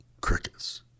Crickets